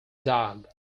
dog